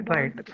Right